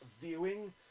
viewing